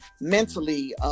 mentally